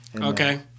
Okay